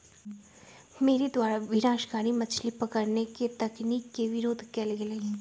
मेरे द्वारा विनाशकारी मछली पकड़े के तकनीक के विरोध कइल गेलय